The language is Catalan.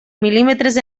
mil·límetres